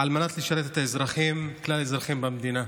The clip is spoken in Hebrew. על מנת לשרת את כלל האזרחים במדינה.